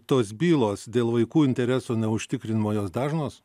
tos bylos dėl vaikų interesų užtikrinimo jos dažnos